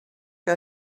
que